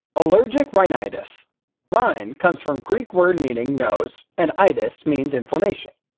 allergic rhinitis rhin comes from greek word meaning nose and itis means inflammation.